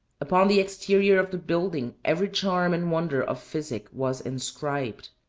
upon the exterior of the building every charm and wonder of physic was inscribed.